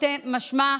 תרתי משמע,